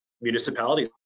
municipalities